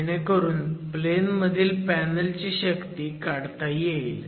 जेणेकरून प्लेन मधील पॅनल ची शक्ती काढता येईल